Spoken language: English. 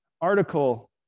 article